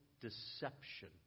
deception